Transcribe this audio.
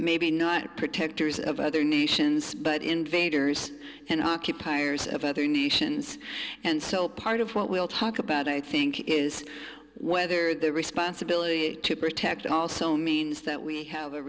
maybe not protectors of other nations but invaders and occupiers of other nations and so part of what we'll talk about i think is whether the responsibility to protect also means that we have a